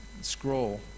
scroll